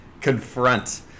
confront